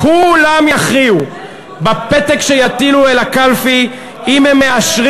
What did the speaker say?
כולם יכריעו בפתק שיטילו אל הקלפי אם הם מאשרים